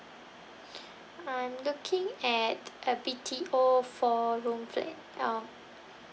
I'm looking at a B_T_O four room flat um